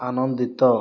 ଆନନ୍ଦିତ